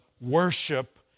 worship